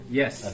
yes